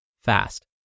fast